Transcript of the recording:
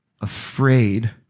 afraid